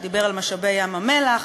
שדיבר על משאבי ים-המלח,